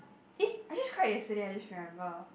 eh I just cried yesterday I just remember